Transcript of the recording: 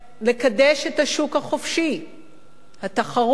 לקדש את השוק החופשי, התחרות,